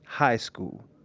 high school.